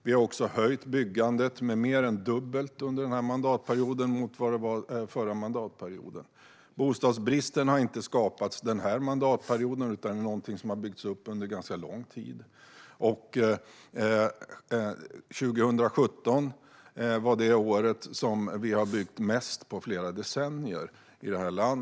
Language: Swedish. Vi har också mer än fördubblat byggandet jämfört med förra mandatperioden. Bostadsbristen har inte skapats under denna mandatperiod, utan den har byggts upp under lång tid. År 2017 byggdes det mest i landet på flera decennier.